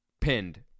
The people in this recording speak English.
pinned